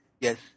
Yes